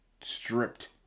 stripped